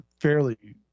fairly